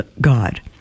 God